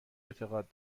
اعتقاد